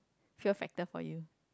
fear factor for you